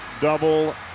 double